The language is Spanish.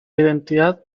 identidad